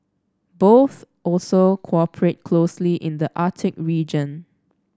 both also cooperate closely in the Arctic region